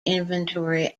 inventory